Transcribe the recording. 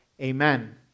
Amen